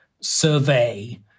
survey